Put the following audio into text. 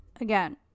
Again